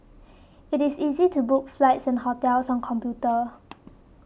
it is easy to book flights and hotels on computer